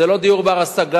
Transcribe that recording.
זה לא דיור בר-השגה,